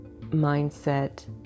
mindset